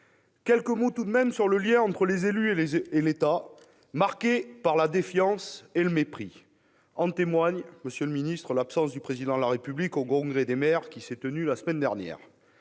Quelques mots tout de même sur le lien entre les élus et l'État, marqué par la défiance et le mépris. En témoigne l'absence du Président de la République au Congrès des maires qui s'est tenu la semaine dernière.